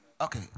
Okay